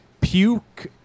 puke